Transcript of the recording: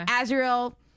Azrael